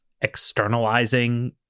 externalizing